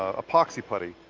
ah epoxy putty.